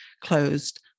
closed